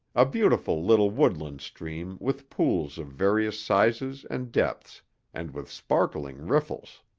a beautiful little woodland stream with pools of various sizes and depths and with sparkling riffles.